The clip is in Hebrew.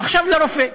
עכשיו לרופא.